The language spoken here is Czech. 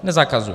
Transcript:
Nezakazuje.